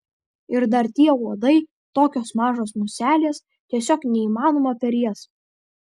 ir dar tie uodai tokios mažos muselės tiesiog neįmanoma per jas